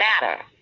Matter